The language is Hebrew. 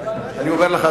אני אומר לך,